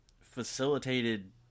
facilitated